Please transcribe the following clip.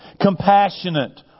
compassionate